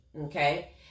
okay